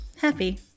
Happy